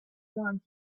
want